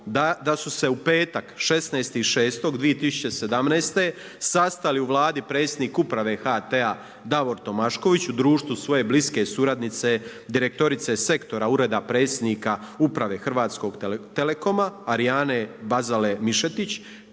da su se u petak 16.6.2017. sastali u Vladi predsjednik uprave HT-a Davor Tomašković u društvu svoje bliske suradnice direktorice Sektora Ureda predsjednika Uprave Hrvatskog telekoma Arijane Bazale Mišetić